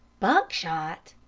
buckshot!